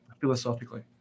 philosophically